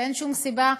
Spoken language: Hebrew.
ואין שום סיבה,